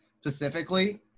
specifically